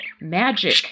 magic